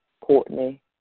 Courtney